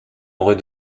aurez